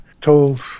told